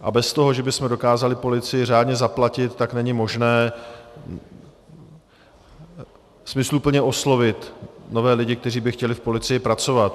A bez toho, že bychom dokázali policii řádně zaplatit, není možné smysluplně oslovit nové lidi, kteří by chtěli v policii pracovat.